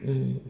mm